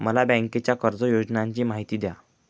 मला बँकेच्या कर्ज योजनांची माहिती द्या